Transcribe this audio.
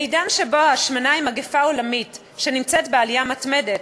בעידן שבו ההשמנה היא מגפה עולמית שנמצאת בעלייה מתמדת,